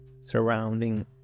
surrounding